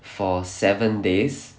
for seven days